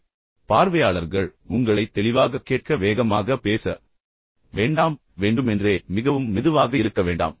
உண்மையில் பார்வையாளர்களில் உள்ள அனைவரும் உங்களைத் தெளிவாகக் கேட்கவும் இயல்பான வேகத்தை பராமரிக்கவும் மிக வேகமாக பேச வேண்டாம் வேண்டுமென்றே மிகவும் மெதுவாக இருக்க வேண்டாம்